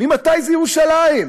ממתי זה ירושלים?